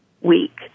week